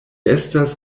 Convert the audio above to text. estas